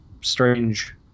strange